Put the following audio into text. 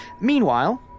Meanwhile